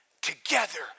together